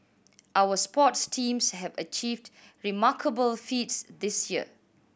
our sports teams have achieved remarkable feats this year